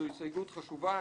זו הסתייגות חשובה.